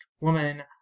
Woman